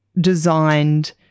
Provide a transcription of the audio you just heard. designed